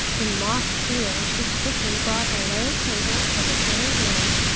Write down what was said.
in mock fear she quickly brought a low table from an inner room,